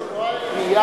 זה לא העירייה.